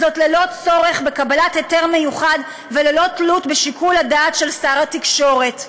ללא צורך בקבלת היתר מיוחד וללא תלות בשיקול הדעת של שר התקשורת.